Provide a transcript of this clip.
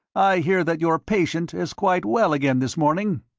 i hear that your patient is quite well again this morning?